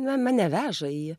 na mane veža ji